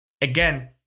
Again